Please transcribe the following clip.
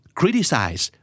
criticize